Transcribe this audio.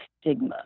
stigma